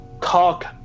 talk